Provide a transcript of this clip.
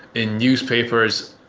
in newspapers.